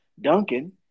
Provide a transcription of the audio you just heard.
Duncan